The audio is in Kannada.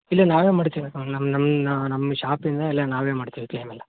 ಇಲ್ಲೇ ನಾವೇ ಮಾಡ್ತೀವಿ ನಮ್ಮ ನಮ್ಮನ್ನ ನಮ್ಮ ಶಾಪಿಂದ ಎಲ್ಲ ನಾವೇ ಮಾಡ್ತೀವಿ ಕೇಳೋಲ್ಲ